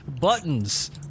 buttons